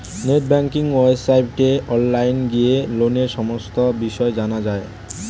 net banking ওয়েবসাইটে online গিয়ে লোনের সমস্ত বিষয় জানা যায়